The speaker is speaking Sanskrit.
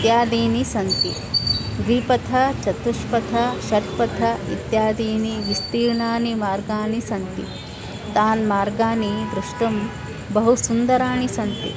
इत्यादीनि सन्ति द्विपथः चतुष्पथः षट्पथः इत्यादयः विस्तीर्णाः मार्गाः सन्ति तान् मार्गान् द्रष्टुं बहु सुन्दराणि सन्ति